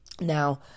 Now